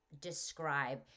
describe